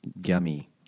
gummy